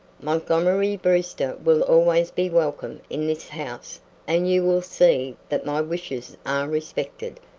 montgomery brewster will always be welcome in this house and you will see that my wishes respected.